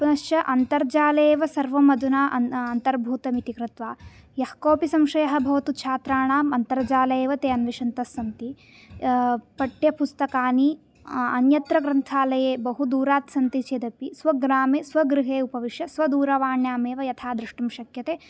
पुनश्च अन्तर्जालेव सर्वम् अधुना आ अन्तर्भूतमिति कृत्वा यः कोऽपि संशयः भवतु छात्राणाम् अन्तर्जाले एव ते अन्विषतः सन्ति पाठ्यपुस्तकानि अन्यत्र ग्रन्थालये बहुत् दूरात् सन्ति चेदपि स्वग्रामे स्वगृहे उपविश स्वदूरावाण्यामेव यथा द्रष्टुं शक्यते